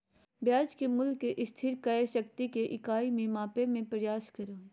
ब्याज के मूल्य के स्थिर क्रय शक्ति के इकाई में मापय के प्रयास करो हइ